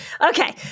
Okay